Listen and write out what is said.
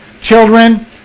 children